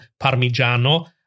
parmigiano